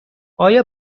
آیا